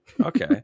Okay